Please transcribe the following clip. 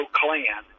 clan